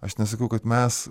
aš nesakau kad mes